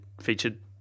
featured